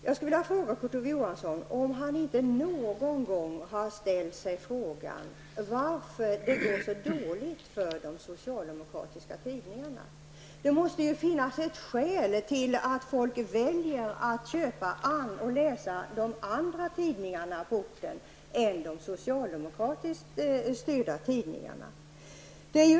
Jag skulle vilja fråga Kurt Ove Johansson, om han inte någon gång har ställt sig frågan varför det går så dåligt för de socialdemokratiska tidningarna. Det måste ju finnas ett skäl till att folk väljer att köpa och läsa de andra tidningarna på orten än de socialdemokratiskt styrda tidningarna.